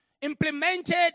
Implemented